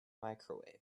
microwave